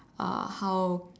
uh how